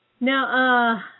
Now